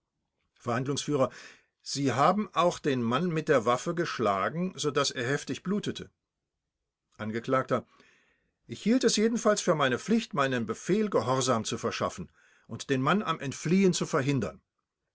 verhandlungsf sie haben auch den mann mit der waffe geschlagen so daß er heftig blutete angekl ich hielt es jedenfalls für meine pflicht meinem befehle gehorsam zu verschaffen und den mann am entfliehen zu verhindern